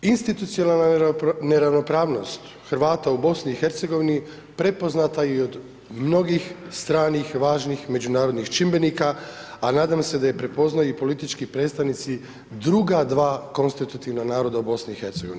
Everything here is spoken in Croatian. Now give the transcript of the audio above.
Institucijalna neravnopravnost Hrvata u BiH prepoznata je i od mnogih stranih važnih međunarodnih čimbenika, a nadam se da ju je prepoznao i politički predstavnici druga dva konstitutivna naroda u BiH.